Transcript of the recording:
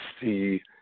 see